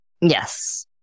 Yes